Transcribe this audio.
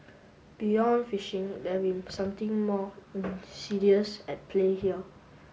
beyond phishing there been something more insidious at play here